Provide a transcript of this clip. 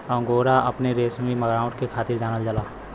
angora अपने रेसमी बनावट के खातिर जानल जाला